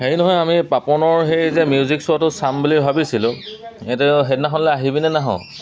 হেৰি নহয় আমি পাপনৰ সেই যে মিউজিক শ্ব'টো চাম বুলি ভাবিছিলোঁ এইটো সেইদিনাখনলৈ আহিবিনে নাহ